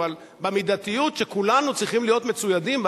אבל במידתיות שכולנו צריכים להיות מצוידים בה.